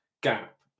gap